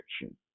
direction